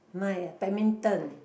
mine ah badminton